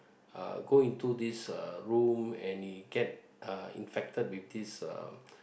uh go into this uh room and he get uh infected with this uh